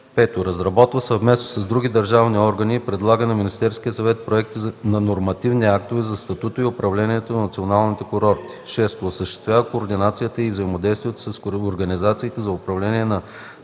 5. разработва съвместно с други държавни органи и предлага на Министерския съвет проекти на нормативни актове за статута и управлението на националните курорти; 6. осъществява координацията и взаимодейства с организациите за управление на